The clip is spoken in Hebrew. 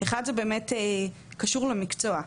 אחד זה באמת קשור למקצוע,